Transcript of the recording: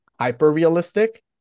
hyper-realistic